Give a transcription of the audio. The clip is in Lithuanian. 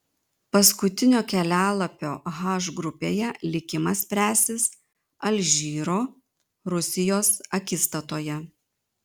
paskutinio kelialapio h grupėje likimas spręsis alžyro rusijos akistatoje